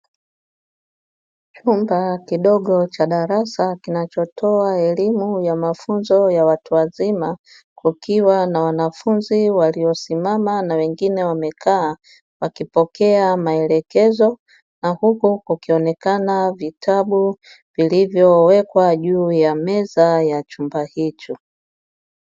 Chumba kidogo cha darasa kinachotoa elimu ya mafunzo ya watu wazima kukiwa na wanafunzi waliosimama na wengine wamekaa wakipokea maelekezo na huku kukionekana vitabu vilivyowekwa juu ya meza ya chumba hicho.